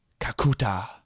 Kakuta